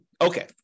Okay